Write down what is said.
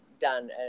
done